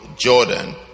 Jordan